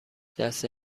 دسته